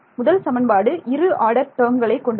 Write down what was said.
முதல் சமன்பாடு இரு ஆர்டர் டேர்ம்களைக் கொண்டுள்ளது